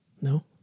No